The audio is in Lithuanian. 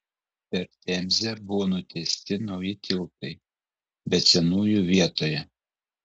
per temzę buvo nutiesti nauji tiltai bet senųjų vietoje